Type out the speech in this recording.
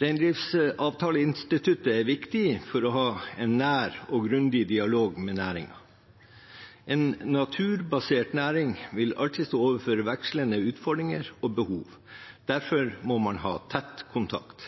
Reindriftsavtaleinstituttet er viktig for å ha en nær og grundig dialog med næringen. En naturbasert næring vil alltid stå overfor vekslende utfordringer og behov. Derfor må man ha tett kontakt.